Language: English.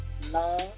love